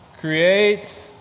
create